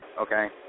okay